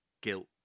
guilt